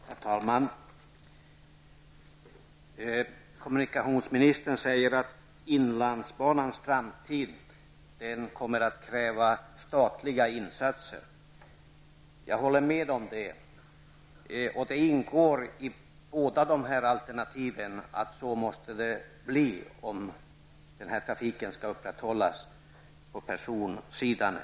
Herr talman! Kommunikationsministern sade att inlandsbanan kommer att kräva statliga insatser med tanke på framtiden, och jag håller med om detta. I båda de aktuella alternativen ingår detta, om trafiken även i framtiden skall kunna upprätthållas på personsidan.